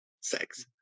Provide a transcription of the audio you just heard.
sex